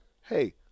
hey